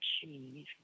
cheese